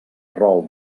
rol